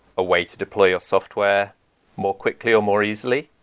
a way to deploy your software more quickly um or easily.